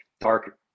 dark